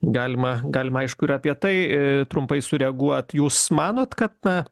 galima galima aišku ir apie tai trumpai sureaguot jūs manot kad na